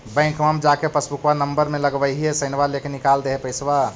बैंकवा मे जा के पासबुकवा नम्बर मे लगवहिऐ सैनवा लेके निकाल दे है पैसवा?